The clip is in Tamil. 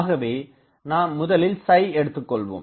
ஆகவே நாம் முதலில் எடுத்துக்கொள்வோம்